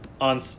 on